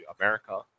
America